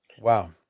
Wow